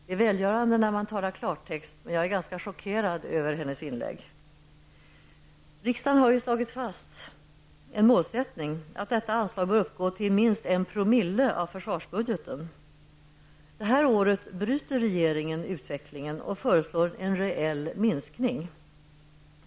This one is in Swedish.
Det är välgörande när man talar i klartext, men jag är ganska chockerad över hennes inlägg. Riksdagen har slagit fast målsättningen att detta anslag bör uppgå till minst 1" av försvarsbudgeten. Detta år bryter regeringen utvecklingen och föreslår en reell minskning.